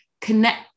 connect